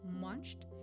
munched